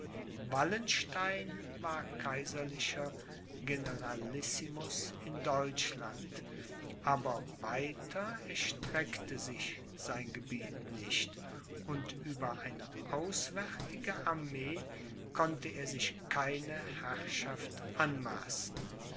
wallenstein war kaiserlicher generalissimus in deutschland aber weiter erstreckte sich sein gebiet nicht und über eine auswärtige armee konnte er sich keine herrschaft anmaßen man